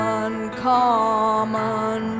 uncommon